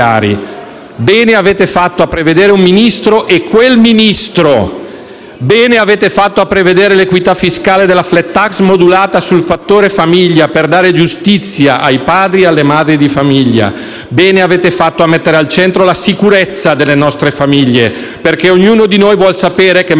Bene avete fatto a prevedere un Ministro, e quel Ministro. Bene avete fatto a prevedere l'equità fiscale della *flat tax* modulata sul fattore famiglia per dare giustizia ai padri e alle madri di famiglia. Bene avete fatto a mettere al centro la sicurezza delle nostre famiglie, perché ognuno di noi vuol sapere che, mentre siamo qui